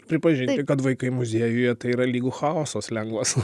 pripažinti kad vaikai muziejuje tai yra lygu chaosas lengvas